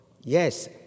Yes